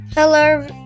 Hello